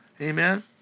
Amen